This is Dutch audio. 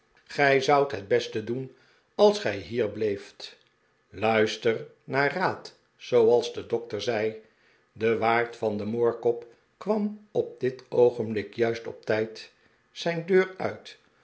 gij zoudt het beste doen als gij hier bleeft luister naar raad zooals de dokter zei de waard van de moorkop kwam op dit oogenblik juist op tijd zijn deur uit